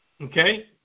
Okay